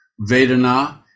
Vedana